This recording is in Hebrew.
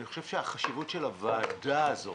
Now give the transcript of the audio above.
אני חושב שהחשיבות של הוועדה הזו